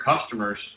customers